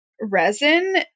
resin